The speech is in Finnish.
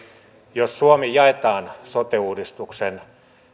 jos suomi jaetaan sote uudistuksen